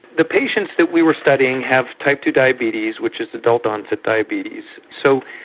the patients that we were studying have type ii diabetes, which is adult onset diabetes. so,